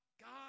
God